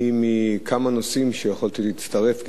מכמה נושאים שיכולתי להצטרף אליהם,